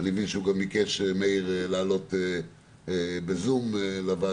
ואני מבין שמאיר גם ביקש לעלות בזום לוועדה.